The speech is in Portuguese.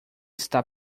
está